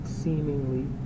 seemingly